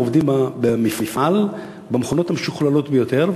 עובדים במפעל במכונות המשוכללות ביותר,